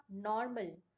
normal